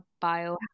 bio